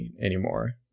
anymore